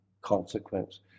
consequence